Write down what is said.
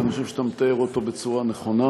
ואני חושב שאתה מתאר אותו בצורה נכונה,